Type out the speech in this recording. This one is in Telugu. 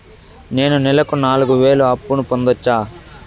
నేను నెలకు నాలుగు వేలు అప్పును పొందొచ్చా?